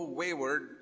wayward